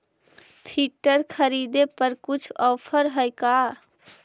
Filter खरिदे पर कुछ औफर है का?